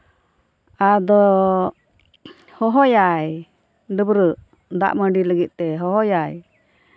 ᱟᱫᱚ ᱦᱚᱦᱚᱭᱟᱭ ᱰᱟᱹᱵᱨᱟᱹᱜ ᱫᱟᱜ ᱢᱟᱹᱰᱤ ᱞᱟᱹᱜᱤᱫ ᱛᱮᱭ ᱦᱚᱦᱚᱭᱟᱭ